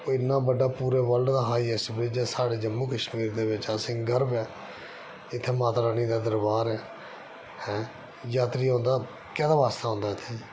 ओह् इन्ना बड्डा पूरे वर्ल्ड दा हाइएस्ट ब्रिज ऐ साढ़े जम्मू कश्मीर दे बिच असेंगी गर्व ऐ इत्थै माता रानी दा दरबार ऐ यात्री औंदा कैह्दे आस्तै औंदा इत्थै